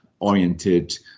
oriented